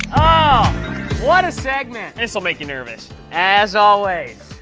ah what a segment! this'll make you nervous. as always,